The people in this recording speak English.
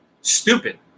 Stupid